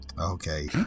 Okay